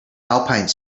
alpine